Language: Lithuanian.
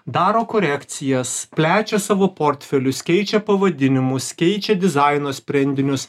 daro korekcijas plečia savo portfelius keičia pavadinimus keičia dizaino sprendinius